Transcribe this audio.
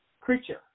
Creature